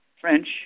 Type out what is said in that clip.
French